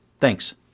Thanks